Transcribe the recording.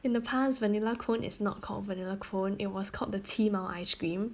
in the past vanilla cone is not called vanilla cone it was called the 七毛 ice cream